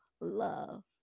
love